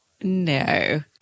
No